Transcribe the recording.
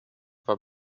war